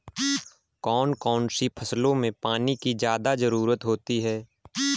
कौन कौन सी फसलों में पानी की ज्यादा ज़रुरत होती है?